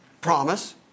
promise